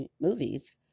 movies